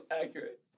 Accurate